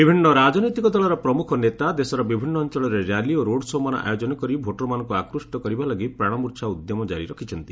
ବିଭିନ୍ନ ରାଜନୈତିକ ଦଳର ପ୍ରମୁଖ ନେତା ଦେଶର ବିଭିନ୍ନ ଅଞ୍ଚଳରେ ର୍ୟାଲି ଓ ରୋଡ ଶୋ'ମାନ ଆୟୋଜନ କରି ଭୋଟର ମାନଙ୍କୁ ଆକୃଷ୍ଟ କରିବା ଲାଗି ପ୍ରାଣମୂର୍ଚ୍ଚା ଉଦ୍ୟମ ଜାରି ରଖିଛନ୍ତି